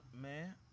Man